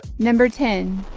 number ten.